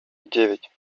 девять